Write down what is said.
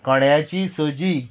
कोड्याची सूजी